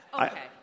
okay